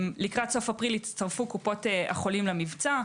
לקראת סוף אפריל הצטרפו קופות החולים למבצע.